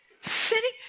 sitting